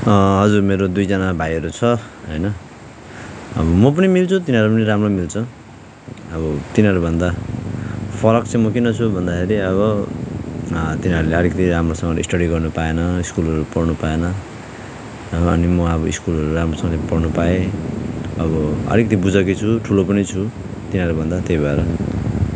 हजुर मेरो दुईजना भाइहरू छ होइन अब म पनि मिल्छु तिनीहरू पनि राम्रो मिल्छ अब तिनीहरूभन्दा फरक चाहिँ म किन छु भन्दाखेरि अब तिनीहरूले अलिकति राम्रोसँगले स्टडी गर्न पाएन स्कुलहरू पढ्नु पाएन अनि म अब स्कुलहरू राम्रसँगले पढ्नु पाएँ अब अलिकति बुझकी छु ठुलो पनि छु तिनीहरूभन्दा त्यही भएर नि